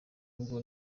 ubwo